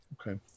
Okay